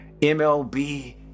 MLB